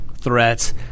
threats